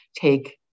take